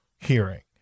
hearing